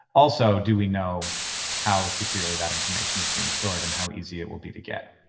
also do we know how securely that information is being stored and how easy it will be to get?